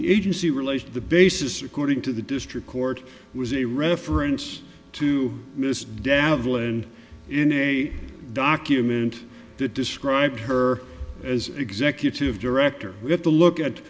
the agency released the basis according to the district court was a reference to miss devlin in a document that described her as executive director we have to look at